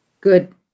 Good